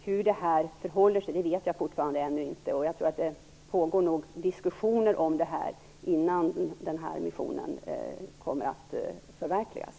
Hur det här förhåller sig vet jag fortfarande ännu inte, men jag tror att diskussioner om det här nog pågår innan denna mission kommer att förverkligas.